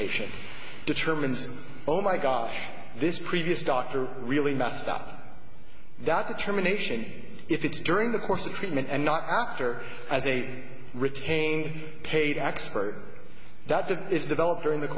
patient determines oh my gosh this previous doctor really messed up that determination if it's during the course of treatment and not after as a retained paid expert that that is developed during the